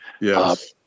Yes